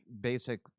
basic